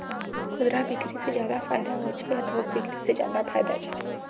खुदरा बिक्री से ज्यादा फायदा होचे या थोक बिक्री से ज्यादा फायदा छे?